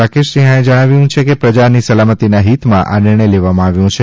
રાકેશ સિન્હાએ જણાવ્યું છે કે પ્રજાની સલામતીના હિતમાં આ નિર્ણય લેવામાં આવ્યો છે